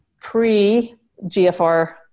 pre-GFR